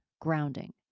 grounding